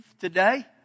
today